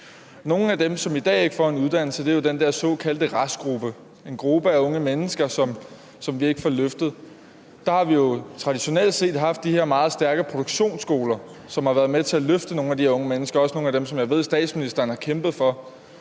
Nogle af dem, som i dag ikke får en uddannelse, er jo den der såkaldte restgruppe – en gruppe af unge mennesker, som vi ikke får løftet. Der har vi traditionelt set haft de her meget stærke produktionsskoler, som har været med til at løfte nogle af de her unge mennesker, også nogle af dem, som jeg ved statsministeren har kæmpet for.